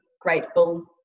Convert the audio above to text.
grateful